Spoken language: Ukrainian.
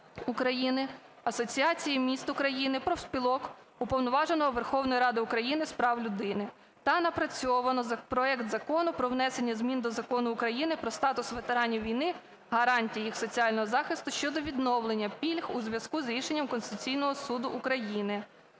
України, Асоціації міст України, профспілок, Уповноваженого Верховної Ради з прав людини та напрацьовано проект Закону про внесення змін до Закону України "Про статус ветеранів війни, гарантії їх соціального захисту" щодо відновлення пільг у зв'язку з рішенням Конституційного Суду України.